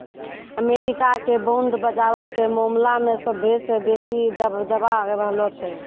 America के bond बजारो के मामला मे सभ्भे से बेसी दबदबा रहलो छै